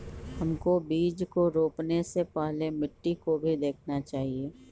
हमको बीज को रोपने से पहले मिट्टी को भी देखना चाहिए?